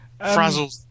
Frazzles